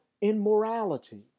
immorality